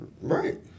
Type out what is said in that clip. Right